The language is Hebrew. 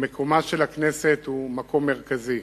ומקומה של הכנסת הוא מקום מרכזי